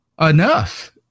enough